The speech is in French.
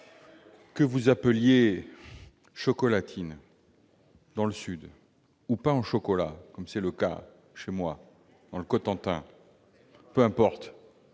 s'appelle chocolatine dans le sud ou pain au chocolat comme c'est le cas chez moi, dans le Cotentin, peu importe